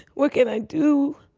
what can i do?